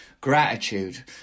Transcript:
gratitude